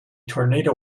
tornado